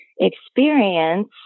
experience